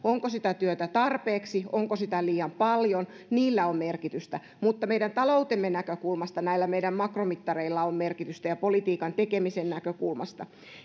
onko sitä työtä tarpeeksi onko sitä liian paljon niillä on merkitystä mutta meidän taloutemme näkökulmasta näillä meidän makromittareilla on merkitystä ja politiikan tekemisen näkökulmasta